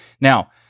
Now